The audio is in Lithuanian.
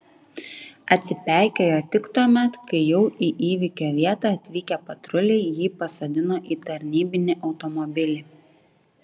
atsipeikėjo tik tuomet kai jau į įvykio vietą atvykę patruliai jį pasodino į tarnybinį automobilį